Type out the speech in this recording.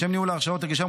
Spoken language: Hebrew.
לשם ניהול הרשאות הגישה,